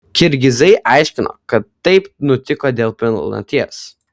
kirgizai aiškino kad taip nutiko dėl pilnaties